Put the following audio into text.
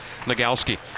Nagalski